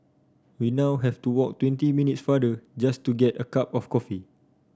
we now have to walk twenty minutes farther just to get a cup of coffee